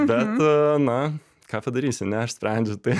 bet na ką padarysi ne aš sprendžiu tai